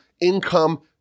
income